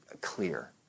clear